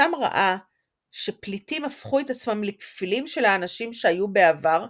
שם ראה ש"פליטים הפכו את עצמם לכפילים של האנשים שהיו בעבר,